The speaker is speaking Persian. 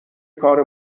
کار